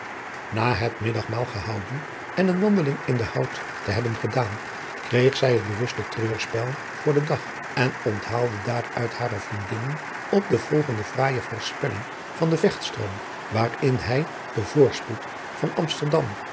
na het middagmaal gehouden en eene wandeling in den hout te hebben gedaan kreeg zij het bewuste treurspel voor den dag en onthaalde daaruit hare vriendinnen op de volgende fraaije voorspelling van den vechtstroom waarin hij den voorspoed van amsterdam